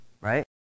right